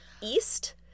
east